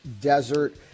Desert